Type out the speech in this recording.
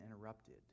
interrupted